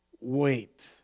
wait